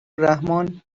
رحمان